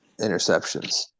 Interceptions